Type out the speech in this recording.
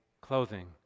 clothing